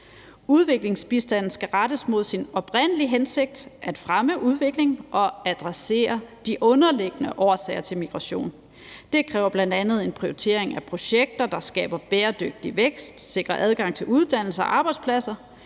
Udviklingsbistanden skal rettes mod sin oprindelige hensigt: at fremme udvikling og adressere de underliggende årsager til migration. Det kræver bl.a. en prioritering af projekter, der skaber bæredygtig vækst, sikrer adgang til uddannelse og arbejdspladser,